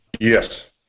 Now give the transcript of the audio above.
Yes